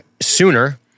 sooner